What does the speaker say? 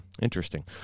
Interesting